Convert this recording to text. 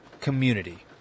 community